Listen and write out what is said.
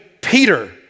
Peter